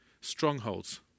strongholds